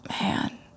man